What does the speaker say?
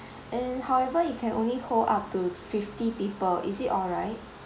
and however it can only hold up to fifty people is it alright